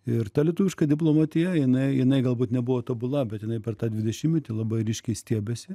ir ta lietuviška diplomatija jinai jinai galbūt nebuvo tobula bet jinai per tą dvidešimtmetį labai ryškiai stiebėsi